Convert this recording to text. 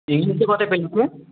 ইংলিশে কত পেলি তুই